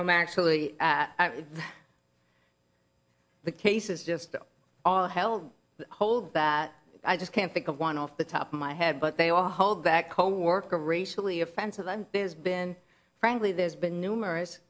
i'm actually the case is just all hell hole that i just can't think of one off the top of my head but they all hold back homework a racially offensive and there's been frankly there's been numerous